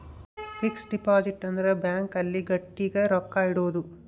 fix deposit ಅಂದ್ರ bank ಅಲ್ಲಿ ಗಟ್ಟಿಗ ರೊಕ್ಕ ಇಡೋದು